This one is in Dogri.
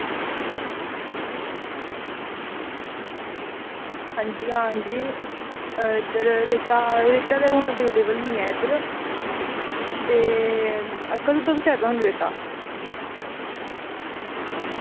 अंजी आं जी